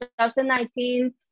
2019